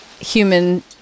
human